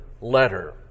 letter